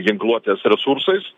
ginkluotės resursais